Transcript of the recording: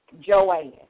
Joanne